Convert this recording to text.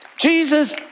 Jesus